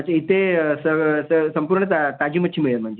अच्छा इथे संपूर्ण ता ताजी मच्छी मिळेल म्हणजे